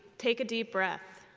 take a deep breath.